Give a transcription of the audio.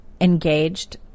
engaged